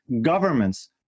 governments